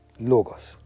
Logos